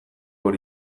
hori